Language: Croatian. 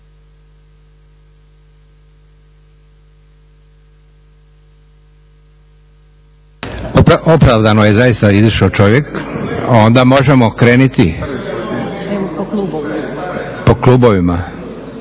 Opravdano je zaista izišao čovjek, onda možemo krenuti po klubovima,